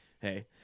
Hey